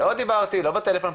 לא דיברתי בטלפון,